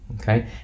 okay